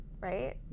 right